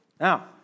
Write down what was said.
Now